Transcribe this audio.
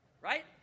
Right